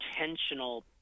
intentional